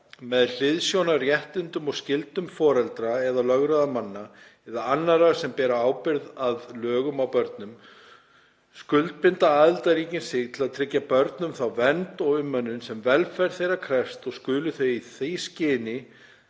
„Með hliðsjón af réttindum og skyldum foreldra eða lögráðamanna, eða annarra sem bera ábyrgð að lögum á börnum, skuldbinda aðildarríki sig til að tryggja börnum þá vernd og umönnun sem velferð þeirra krefst, og skulu þau í því skyni